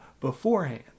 beforehand